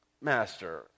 Master